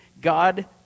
God